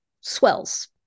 swells